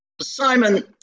simon